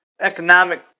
economic